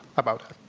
about it.